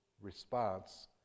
response